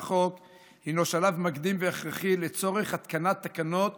לחוק הוא שלב מקדים והכרחי לצורך התקנת תקנות